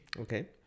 Okay